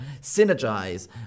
Synergize